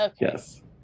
Yes